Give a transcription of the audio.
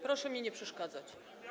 Proszę mi nie przeszkadzać.